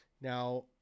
Now